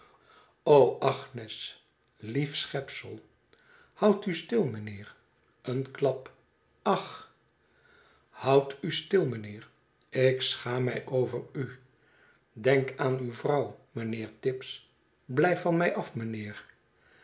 hagnes lief schepsel houd u stil meneer een klap hag houd u stil meneer ik schaam mij overu denk aan uw vrouw meneer tibbs blijf van mij af meneer